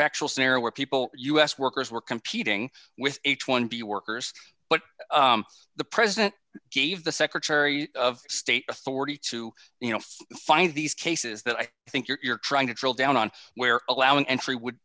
factual scenario where people u s workers were competing with h one b workers but the president gave the secretary of state authority to you know find these cases that i think you're trying to drill down on where allowing entry would